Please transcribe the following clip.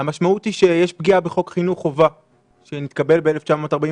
המשמעות היא שיש פגיעה בחוק חינוך חובה שהתקבל ה-1949,